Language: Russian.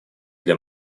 для